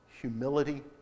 humility